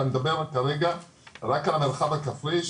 אני מדבר כרגע רק על המרחב הכפרי,